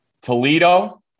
Toledo